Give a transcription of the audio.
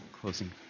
closing